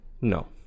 No